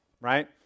right